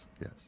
yes